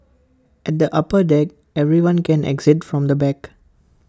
at the upper deck everyone can exit from the back